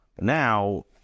Now